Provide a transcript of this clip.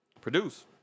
Produce